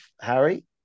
Harry